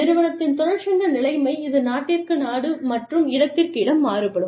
நிறுவனத்தின் தொழிற்சங்க நிலைமை இது நாட்டிற்கு நாடு மற்றும் இடத்திற்கு இடம் மாறுபடும்